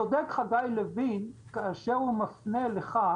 צודק חגי לוין כאשר הוא מפנה לך,